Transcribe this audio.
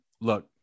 look